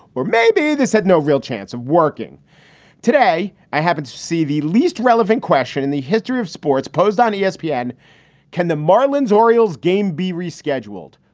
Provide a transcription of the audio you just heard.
or maybe this had no real chance of working today. i haven't see the least relevant question in the history of sports posed on espn. can can the marlins orioles game be rescheduled,